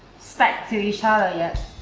stack to each other yet.